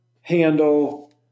handle